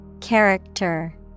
Character